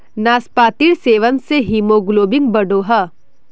नास्पातिर सेवन से हीमोग्लोबिन बढ़ोह